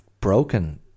broken